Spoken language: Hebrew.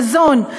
מזון,